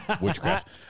witchcraft